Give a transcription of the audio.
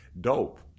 dope